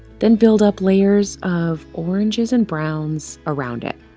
then build up layers of oranges and browns around it